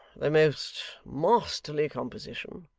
the most masterly composition,